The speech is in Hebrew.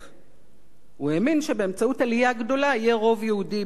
הוא האמין שבאמצעות עלייה גדולה יהיה רוב יהודי במדינת ישראל,